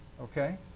okay